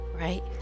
right